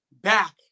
back